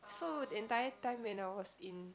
so the entire time when I was in